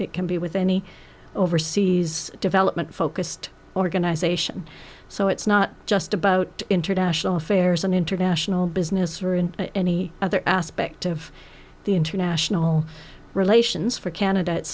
it can the with any overseas development focused organization so it's not just about international affairs and international business or in any other aspect of the international relations for can